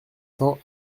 cents